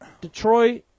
Detroit